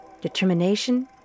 determination